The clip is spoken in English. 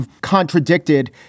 contradicted